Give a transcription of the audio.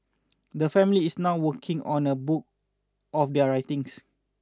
the family is now working on a book of their writings